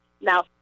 Now